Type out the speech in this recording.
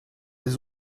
des